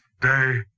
day